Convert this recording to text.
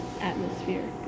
atmosphere